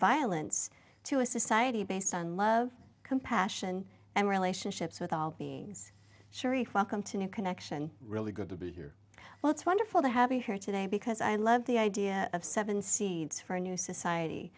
violence to a society based on love compassion and relationships with all beings sharif welcome to new connection really good to be here well it's wonderful to have you here today because i love the idea of seven seeds for a new society